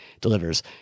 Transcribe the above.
delivers